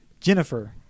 Jennifer